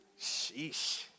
Sheesh